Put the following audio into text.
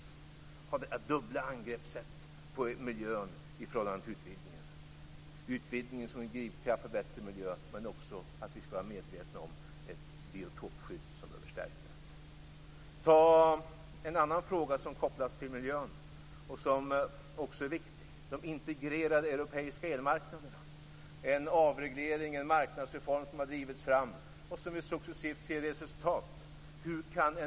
Vi skall ha detta dubbla angreppssätt på miljön i förhållande till utvidgningen. Utvidgningen är en drivkraft för bättre miljö, men vi skall också vara medvetna om behovet av ett stärkt biotopskydd. En annan fråga som kopplas till miljön och som också är viktig är integrationen av de europeiska elmarknaderna. Det är en avreglering och en marknadsreform som har drivits fram och som nu successivt ger resultat.